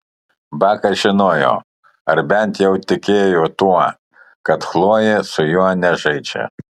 bakas žinojo ar bent jau tikėjo tuo kad chlojė su juo nežaidžia